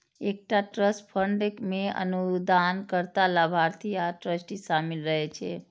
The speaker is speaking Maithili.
एकटा ट्रस्ट फंड मे अनुदानकर्ता, लाभार्थी आ ट्रस्टी शामिल रहै छै